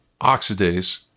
oxidase